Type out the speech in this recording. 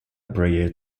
prayer